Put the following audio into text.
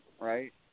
right